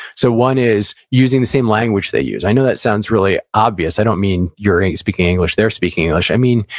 so, one is using the same language they use. i know that sounds really obvious. i don't mean, you're speaking english, they're speaking english. i mean,